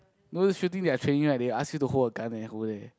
you know this shooting they are training right they ask you to hold a gun eh hold leh